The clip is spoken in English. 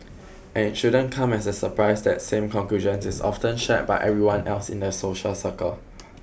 and it shouldn't come as a surprise that same conclusions is often shared by everyone else in their social circle